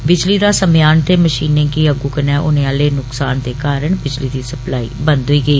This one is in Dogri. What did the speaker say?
बिजली दा समेयान ते मषीनें गी अग्गू कन्नै होने आले नुक्सान दे कारण बिजली दी सप्लाई बन्द होई गेई